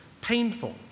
painful